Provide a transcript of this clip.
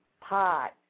pot